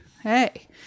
Hey